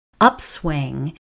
upswing